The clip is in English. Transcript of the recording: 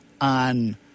on